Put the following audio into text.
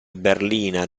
berlina